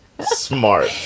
Smart